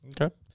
Okay